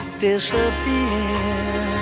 disappear